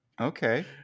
Okay